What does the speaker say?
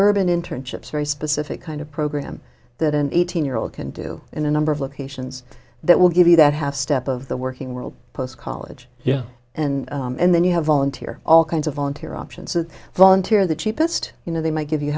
urban internships very specific kind of program that an eighteen year old can do in a number of locations that will give you that half step of the working world post college yeah and then you have volunteer all kinds of volunteer options that volunteer the cheapest you know they might give you